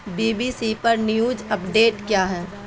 be B C پرنیوز update کیا ہیں